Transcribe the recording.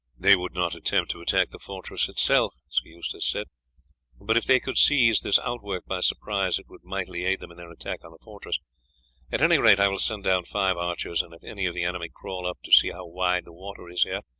they would not attempt to attack the fortress itself, sir eustace said but if they could seize this outwork by surprise it would mightily aid them in their attack on the fortress at any rate i will send down five archers, and if any of the enemy crawl up to see how wide the water is here,